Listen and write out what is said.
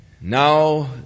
Now